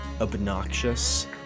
obnoxious